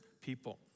people